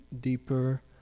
deeper